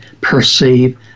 perceive